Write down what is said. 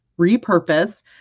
repurpose